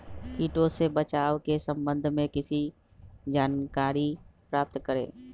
किटो से बचाव के सम्वन्ध में किसी जानकारी प्राप्त करें?